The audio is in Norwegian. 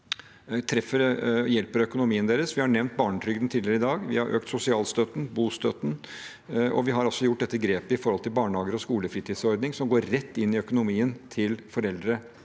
Vi har nevnt barnetrygden tidligere i dag. Vi har økt sosialstøtten og bostøtten, og vi har tatt grep når det gjelder barnehager og skolefritidsordning, som går rett inn i økonomien til foreldre